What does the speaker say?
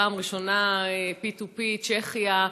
פעם ראשונה P2P צ'כיה,